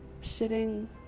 sitting